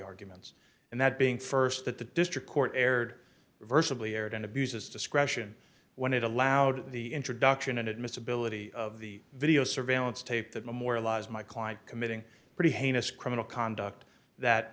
arguments and that being st that the district court erred virtually erred in abuses discretion when it allowed the introduction admissibility of the video surveillance tape that memorialize my client committing pretty heinous criminal conduct that